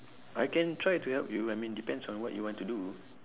I can try to help you I mean depends on what you want to do